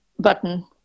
Button